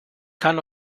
kann